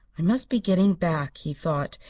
i must be getting back, he thought,